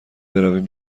برویم